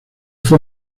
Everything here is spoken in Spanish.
fue